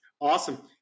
awesome